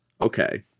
Okay